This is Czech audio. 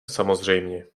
samozřejmě